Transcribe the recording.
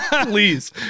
Please